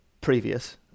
previous